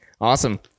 Awesome